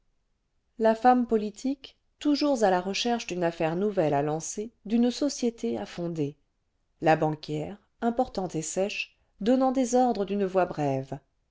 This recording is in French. la femme politique toujours à la recherche d'une affaire nouvelle à lancer d'une société à fonder la banquière importante et sèche donnant des ordres d'une voix brève